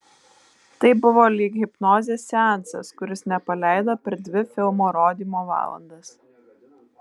tai buvo lyg hipnozės seansas kuris nepaleido per dvi filmo rodymo valandas